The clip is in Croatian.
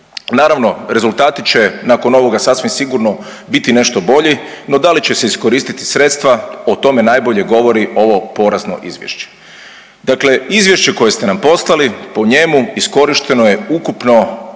Naravno rezultati će nakon ovoga sasvim sigurno biti nešto bolji, no da li će se iskoristiti sredstva o tome najbolje govori ovo porazno izvješće. Dakle izvješće koje ste nam poslali, po njemu iskorišteno je ukupno